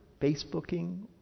Facebooking